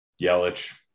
Yelich